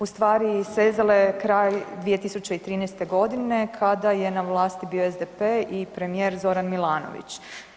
Ustvari sezala je kraj 2013. godine kada je na vlasti bio SDP-e i premijer Zoran Milanović.